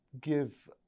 give